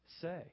say